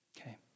Okay